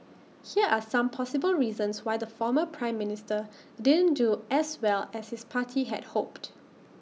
here are some possible reasons why the former Prime Minister didn't do as well as his party had hoped